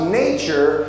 nature